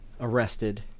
arrested